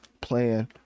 plan